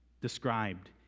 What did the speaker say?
described